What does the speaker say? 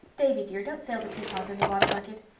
davy dear, don't sail the peapods in the water bucket.